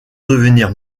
devenir